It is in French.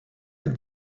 êtes